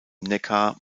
neckar